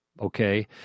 Okay